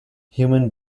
human